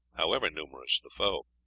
however numerous the foe.